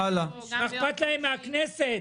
אכפת להם מהכנסת?